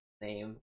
name